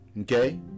Okay